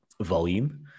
volume